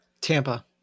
Tampa